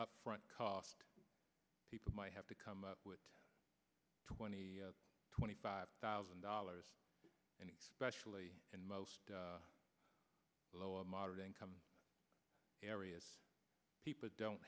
up front cost people might have to come up with twenty twenty five thousand dollars and specially in most low and moderate income areas people don't